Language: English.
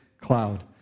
cloud